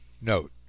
Note